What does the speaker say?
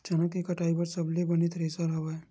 चना के कटाई बर सबले बने थ्रेसर हवय?